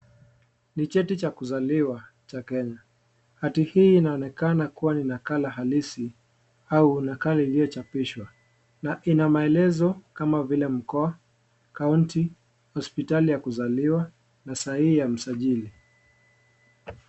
Ni cheti cha kuzaliwa cha Kenya, hati hii inaonekana kuwa ni nakala halisi au nakala iliyochapishwa, na ina maelezo kama vile mkoa, kaunti, hospitali ya kuzaliwa na sahihi ya msajili.